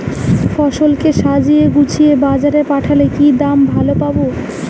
ফসল কে সাজিয়ে গুছিয়ে বাজারে পাঠালে কি দাম ভালো পাব?